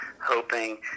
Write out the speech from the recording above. hoping